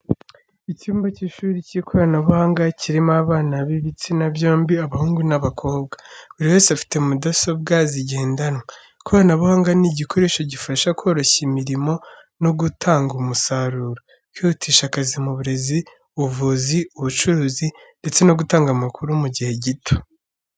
Icyumba cy'ishuri cy'ikoranabuhanga, kirimo abana b'ibitsina byombi abahungu n'abakobwa, buri wese afite mudasobwa zigendanwa. Ikoranabuhanga ni igikoresho gifasha koroshya imirimo no gutanga umusaruro, kwihutisha akazi mu burezi, ubuvuzi, ubucuruzi ndetse no gutanga amakuru mu gihe gito.